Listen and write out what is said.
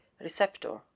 receptor